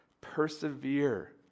persevere